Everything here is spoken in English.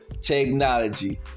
technology